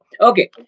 Okay